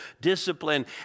discipline